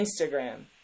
Instagram